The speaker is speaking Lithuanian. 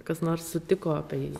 kas nors sutiko apie jį